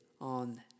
on